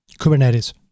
Kubernetes